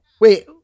wait